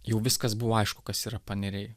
jau viskas buvo aišku kas yra paneriai